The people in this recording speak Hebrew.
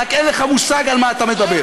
רק שאין לך מושג על מה אתה מדבר.